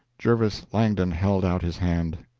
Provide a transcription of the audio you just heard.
jervis langdon held out his hand.